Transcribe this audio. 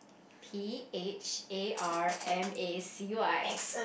P H A R M A C Y